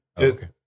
Okay